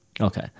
Okay